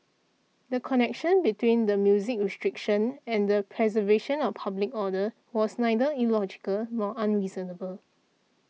the connection between the music restriction and the preservation of public order was neither illogical nor unreasonable